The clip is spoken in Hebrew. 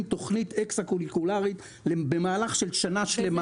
תכנית אקס-קוליקולרית במהלך של שנה שלמה.